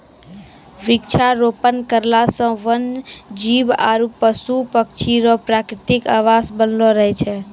वृक्षारोपण करला से वन जीब आरु पशु पक्षी रो प्रकृतिक आवास बनलो रहै छै